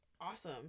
awesome